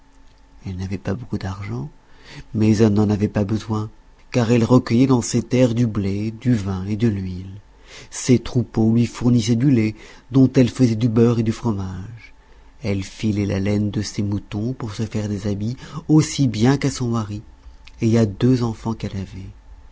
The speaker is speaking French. elle n'avait pas beaucoup d'argent mais elle n'en avait pas besoin car elle recueillait dans ses terres du blé du vin et de l'huile ses troupeaux lui fournissaient du lait dont elle faisait du beurre et du fromage elle filait la laine de ses moutons pour se faire des habits aussi bien qu'à son mari et à deux enfants qu'elle avait